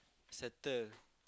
settle